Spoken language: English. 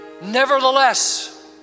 Nevertheless